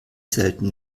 selten